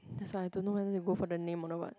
that's why I don't know whether they go for the name not